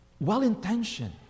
Well-intentioned